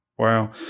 Wow